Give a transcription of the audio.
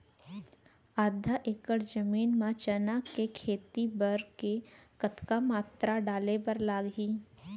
आधा एकड़ जमीन मा चना के खेती बर के कतका मात्रा डाले बर लागही?